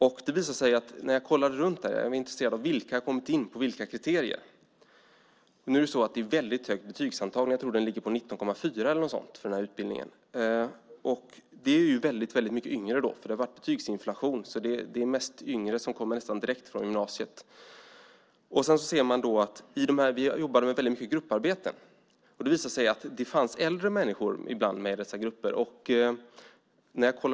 Jag var intresserad av att se vilka som hade kommit in på vilka kriterier. Betygsantagningen ligger högt, ungefär 19,4 för utbildningen. Det är fråga om många yngre. Det har varit betygsinflation. Därför är det mest yngre som kommer nästan direkt från gymnasiet. Vi har jobbat mycket i grupp. Det har visat sig att det ibland har funnits med äldre människor i grupperna.